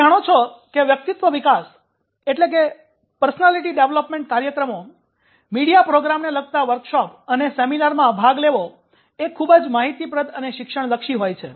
તમે જાણો છો કે વ્યક્તિત્વ વિકાસ કાર્યક્રમો મીડિયા પ્રોગ્રામને લગતા વર્કશોપ અને સેમિનારમાં ભાગ લેવો એ ખૂબ જ માહિતીપ્રદ અને શિક્ષણલક્ષી હોય છે